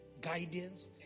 guidance